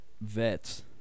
vets